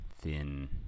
thin